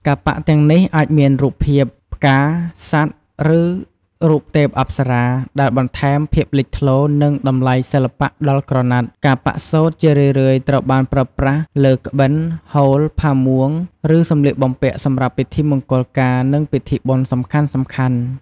ការប៉ាក់ទាំងនេះអាចមានរូបភាពផ្កា សត្វ ឬរូបទេពអប្សរា ដែលបន្ថែមភាពលេចធ្លោ និងតម្លៃសិល្បៈដល់ក្រណាត់ ការប៉ាក់សូត្រជារឿយៗត្រូវបានប្រើប្រាស់លើ ក្បិន ហូលផាមួង ឬសំលៀកបំពាក់ សម្រាប់ពិធីមង្គលការ និងពិធីបុណ្យសំខាន់ៗ។